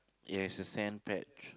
yes the sand patch